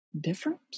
different